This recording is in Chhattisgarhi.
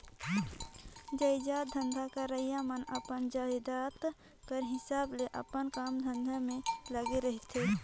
जाएतजात धंधा करइया मन अपन जाएत कर हिसाब ले अपन काम धंधा में लगे रहथें